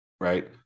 right